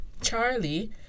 Charlie